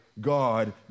God